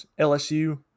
LSU